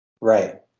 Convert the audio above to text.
Right